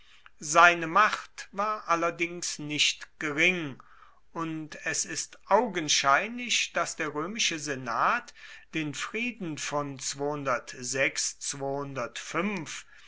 seine macht war allerdings nicht gering und es ist augenscheinlich dass der roemische senat den frieden von